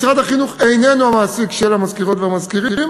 משרד החינוך איננו המעסיק של המזכירות והמזכירים